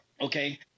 okay